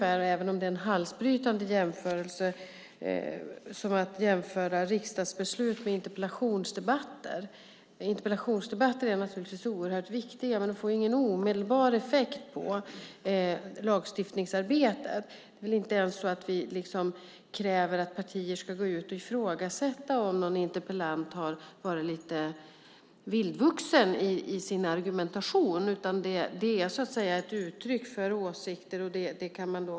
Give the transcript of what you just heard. Även om det är en halsbrytande jämförelse är det ungefär som att jämföra riksdagsbeslut med interpellationsdebatter. Interpellationsdebatter är oerhört viktiga, men de får ingen omedelbar effekt på lagstiftningsarbetet. Det är inte ens så att vi kräver att partier ska ifrågasätta om någon interpellant har varit lite vildvuxen i sin argumentation. Det är ett uttryck för åsikter.